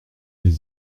les